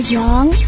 young